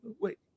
Wait